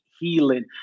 Healing